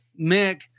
Mick